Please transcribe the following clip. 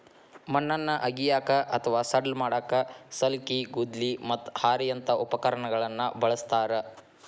ಮಣ್ಣನ್ನ ಅಗಿಯಾಕ ಅತ್ವಾ ಸಡ್ಲ ಮಾಡಾಕ ಸಲ್ಕಿ, ಗುದ್ಲಿ, ಮತ್ತ ಹಾರಿಯಂತ ಉಪಕರಣಗಳನ್ನ ಬಳಸ್ತಾರ